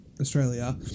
Australia